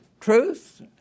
truth